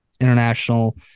International